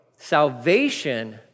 salvation